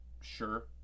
Sure